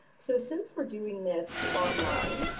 so, since we're doing this online,